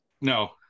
no